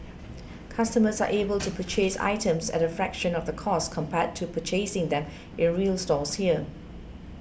customers are able to purchase items at a fraction of the cost compared to purchasing them in real stores here